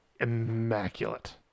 immaculate